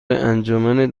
انجمن